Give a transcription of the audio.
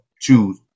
choose